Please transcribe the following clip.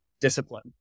discipline